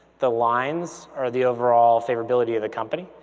the lines are the overall favorability of the company,